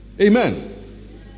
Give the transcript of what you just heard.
Amen